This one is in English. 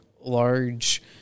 large